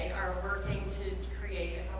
are working to create